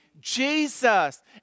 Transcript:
Jesus